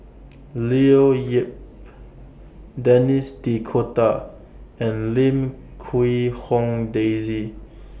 Leo Yip Denis D'Cotta and Lim Quee Hong Daisy